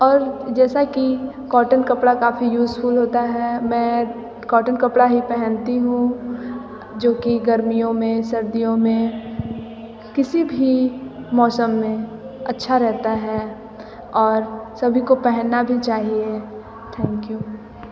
और जैसा कि कॉटन कपड़ा काफ़ी यूज़फुल होता है मैं कॉटन कपड़ा ही पहनती हूँ जो कि गर्मियों में सर्दियों में किसी भी मौसम में अच्छा रहता है और सभी को पहनना भी चाहिए थैंक्यू